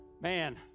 man